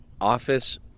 office